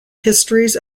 histories